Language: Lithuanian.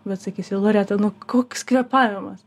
bet sakysi loreta nu koks kvėpavimas